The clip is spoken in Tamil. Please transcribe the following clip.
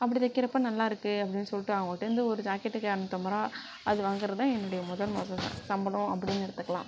அப்படி தைக்கிறப்ப நல்லா இருக்கு அப்படினு சொல்லிட்டு அவங்கள்ட இருந்து ஒரு ஜாக்கெட்டுக்கு இருநூத்தம்பது ரூபா அது வாங்குறது தான் என்னுடைய முதல் மாச சம்பளம் அப்படினு எடுத்துக்கலாம்